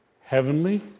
Heavenly